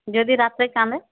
যদি রাতে কাঁদে